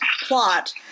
plot